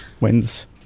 wins